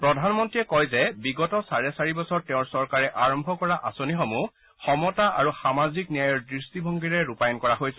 প্ৰধানমন্ত্ৰীয়ে কয় যে বিগত চাৰে চাৰি বছৰত তেওঁৰ চৰকাৰে আৰম্ভ কৰা আচনিসমূহ সমতা আৰু সামাজিক ন্যায়ৰ দৃষ্টিভংগীৰে ৰূপায়ণ কৰা হৈছে